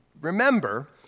remember